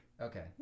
Okay